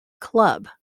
club